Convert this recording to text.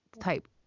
type